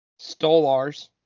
Stolars